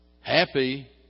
happy